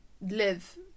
live